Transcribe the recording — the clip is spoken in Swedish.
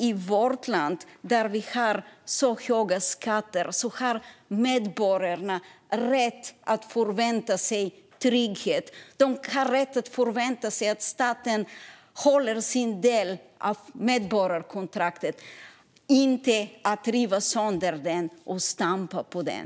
I vårt land där vi har så höga skatter har medborgarna rätt att förvänta sig trygghet. De har rätt att förvänta sig att staten håller sin del av medborgarkontraktet och inte river sönder och stampar på det.